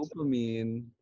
Dopamine